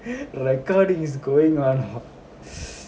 recording is going on